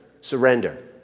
surrender